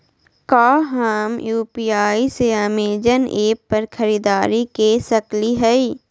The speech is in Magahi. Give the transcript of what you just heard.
का हम यू.पी.आई से अमेजन ऐप पर खरीदारी के सकली हई?